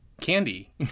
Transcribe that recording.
candy